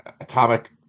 atomic